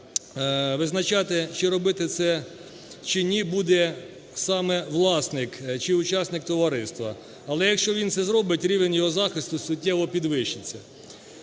форму. Визначати, чи робити це, чи ні, буде саме власник чи учасник товариства. Але якщо він це зробить, рівень його захисту суттєво підвищиться.